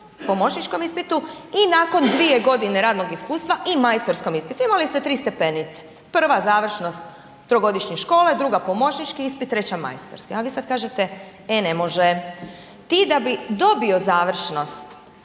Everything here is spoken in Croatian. pomoćničkom ispitu i nakon 2 g. radnog iskustva i majstorskom ispitu, imali ste tri stepenice. Prva, završenost trogodišnje škole, druga pomoćnički ispit, treća majstorski ali vi sad kažete e ne može. Ti da bi dobio završnost